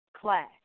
class